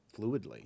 fluidly